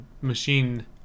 machine